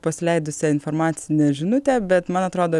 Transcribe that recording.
pasileidusią informacinę žinutę bet man atrodo